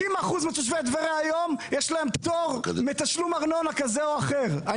60% מתושבי טבריה היום יש להם פטור מתשלום ארנונה כזה או אחר.